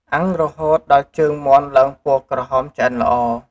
អាំងរហូតដល់ជើងមាន់ឡើងពណ៌ក្រហមឆ្អិនល្អ។